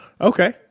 okay